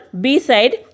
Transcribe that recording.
B-side